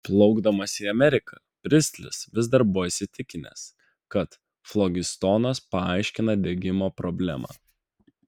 plaukdamas į ameriką pristlis vis dar buvo įsitikinęs kad flogistonas paaiškina degimo problemą